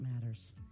matters